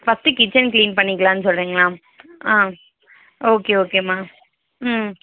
first kitchen clean பண்ணிக்கலாம்னு சொல்லுறிங்களா okay ஓகேமா ம்